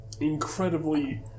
incredibly